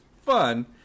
fun